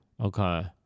Okay